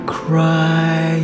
cry